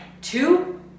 Two